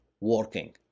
working